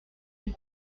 vous